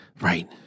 Right